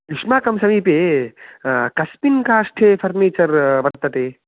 युष्माकं समीपे कस्मिन् काष्टे फ़र्निचर् वर्तते